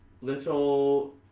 little